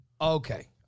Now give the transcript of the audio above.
Okay